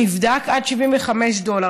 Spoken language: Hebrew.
נבדק, עד 75 דולר.